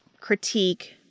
critique